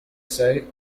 say